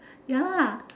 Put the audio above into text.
ya